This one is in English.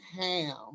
ham